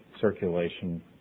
circulation